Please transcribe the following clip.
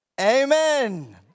amen